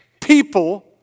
people